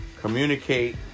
communicate